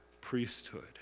priesthood